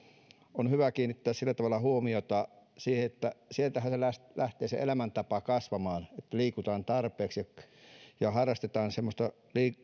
on hyvä kiinnittää sillä tavalla huomiota että sieltähän se elämäntapa lähtee kasvamaan että liikutaan tarpeeksi ja harrastetaan semmoista